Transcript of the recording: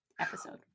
episode